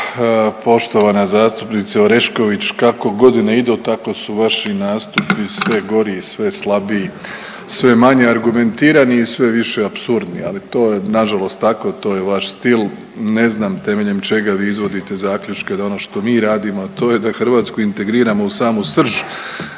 lijepa poštovana zastupnice Orešković. Kako godine idu tako su vaši nastupi sve gori i sve slabiji, sve manje argumentirani i sve više apsurdni, ali to je na žalost tako, to je vaš stil. Ne znam temeljem čega vi izvodite zaključke da ono što mi radimo a to je da Hrvatsku integriramo u samu srž